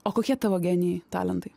o kokie tavo genijai talentai